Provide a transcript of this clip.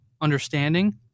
understanding